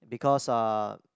because uh